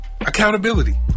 accountability